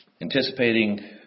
anticipating